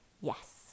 yes